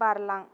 बारलां